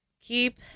Keep